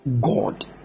God